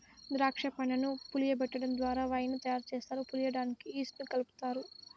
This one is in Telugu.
దాక్ష పండ్లను పులియబెటడం ద్వారా వైన్ ను తయారు చేస్తారు, పులియడానికి ఈస్ట్ ను కలుపుతారు